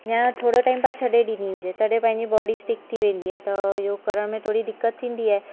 या थोरो टाइम तव्हां छॾे ॾींदी हुजे तॾहिं पंहिंजे बॉडी स्टीक थी वेंदी त योगु करण में थोरी दिक़त थींदी आहे